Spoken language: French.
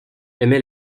aimait